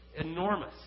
enormous